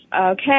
Okay